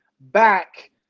back